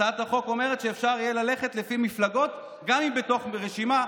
הצעת החוק אומרת שאפשר יהיה ללכת לפי מפלגות גם אם הן בתוך רשימה,